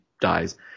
dies